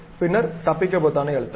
பின்னர் தப்பிக்க பொத்தானை அழுத்தவும்